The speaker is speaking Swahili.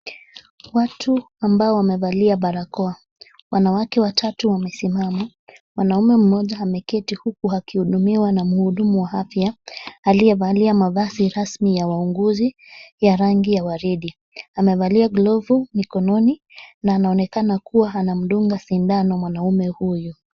Watu ambao wamevalia barakoa. Wanawake watatu wamesimama, mwanaume mmoja ameketi huku akihudumiwa na mhudumu wa afya, aliyevalia mavazi rasmi ya wauguzi ya rangi ya waridi. Amevalia glavu mikononi na anaonekana kuwa anamdunga sindano mwanaume huyo.